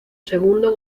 segundo